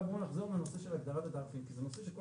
עכשיו בואו נחזור לנושא של הגדרת התעריפים כי זה נושא שכל